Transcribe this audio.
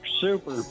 super